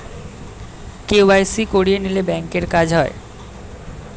KYC করিয়ে নিলে ব্যাঙ্কের কাজ হয়